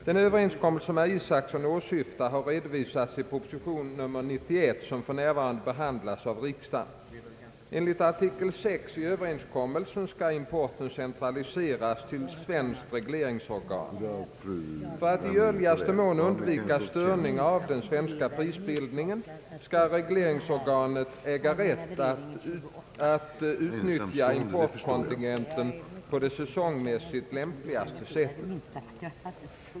Den överenskommelse som herr Isacson åsyftar har redovisats i proposition nr 91 som f. n. behandlas av riksdagen. Enligt artikel 6 i överenskommelsen skall importen centraliseras till svenskt regleringsorgan. För att i görlig mån undvika störningar av den svenska prisbildningen skall regleringsorganet äga rätt att utnyttja importkontingent på det säsongmässigt lämpligaste sättet.